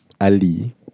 Ali